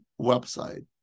website